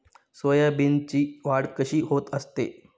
सोयाबीनची वाढ कशी होत असते?